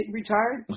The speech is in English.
retired